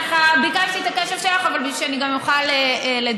ביקשתי את הקשב שלך בשביל שאני אוכל לדבר.